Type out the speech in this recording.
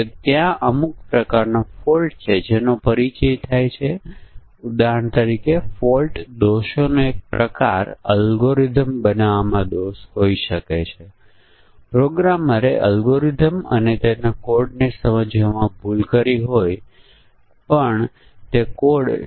કોઈ બેંકમાં જો આપણે મૂળ રકમ રૂપે 1 લાખ રૂપિયાથી ઓછી રકમ જમા કરીએ છીએ તો પછી વ્યાજ દર 6 ટકા 7 ટકા અથવા 8 ટકા થાપણના વર્ષને આધારે 1 વર્ષ 3 વર્ષ અથવા 5 વર્ષ માટે લાગુ પડે છે